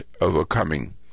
overcoming